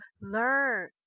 Learn